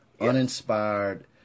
uninspired